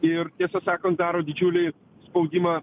ir tiesą sakant daro didžiulį spaudimą